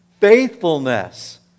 Faithfulness